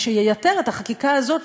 מה שייתר את החקיקה הזו,